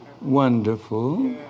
wonderful